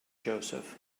joseph